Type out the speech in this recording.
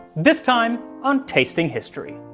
this time on tasting history.